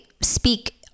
speak